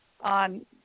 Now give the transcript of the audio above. on